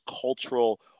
cultural